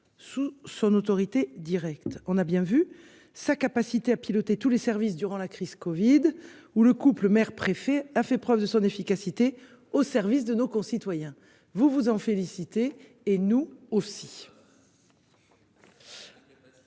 Sous son autorité directe. On a bien vu sa capacité à piloter tous les services durant la crise Covid, où le couple mère préfet a fait preuve de son efficacité au service de nos concitoyens. Vous vous en félicitez. Et nous aussi.